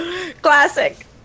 Classic